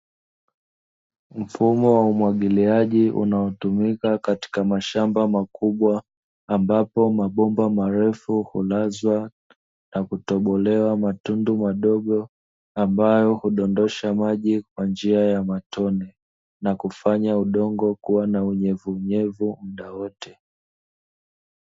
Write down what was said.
Mfumo wa umwagiliaji unaotumika katika mashamba makubwa, ambapo mabomba marefu hulazwa na kutobolewa matundu madogo ambayo hudondosha maji kwa njia ya matone, na kufanya udongo kuwa na unyevuunyevu mda wote.